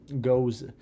goes